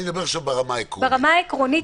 אני מדבר ברמה העקרונית,